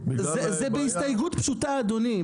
זה בהסתייגות פשוטה אדוני,